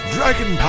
Dragon